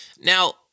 Now